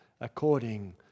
according